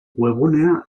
webgunea